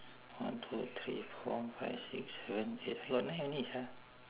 one two three four five six seven eight I got nine only sia